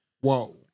Whoa